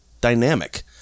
dynamic